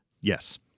Yes